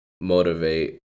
motivate